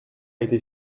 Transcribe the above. été